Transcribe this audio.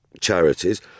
charities